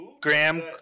Graham